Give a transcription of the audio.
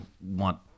want